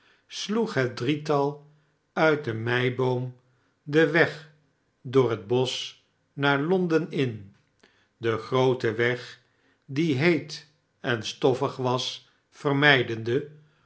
sloeg het drietal uit de meiboom den weg door het bosch naar londen in den grooten weg die heet en stoffig was vermijdende